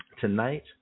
Tonight